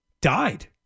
died